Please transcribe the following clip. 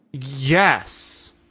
yes